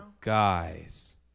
guys